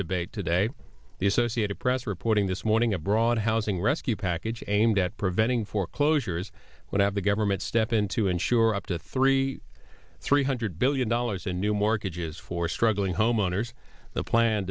debate today the associated press reporting this morning a broad housing rescue package aimed at preventing foreclosures would have the government step in to ensure up to three three hundred billion dollars in new mortgages for struggling homeowners the plan